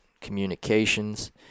communications